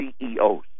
CEOs